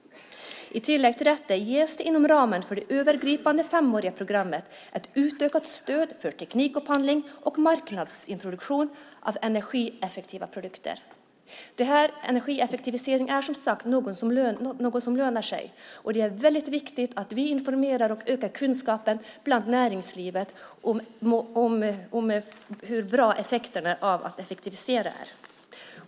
I tillägg till detta ges det inom ramen för det övergripande femåriga programmet ett utökat stöd för teknikupphandling och marknadsintroduktion av energieffektiva produkter. Energieffektivisering är, som sagt, något som lönar sig, och det är väldigt viktigt att vi informerar och ökar kunskapen i näringslivet om hur bra effekterna av detta är.